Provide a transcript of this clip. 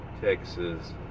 Texas